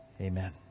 Amen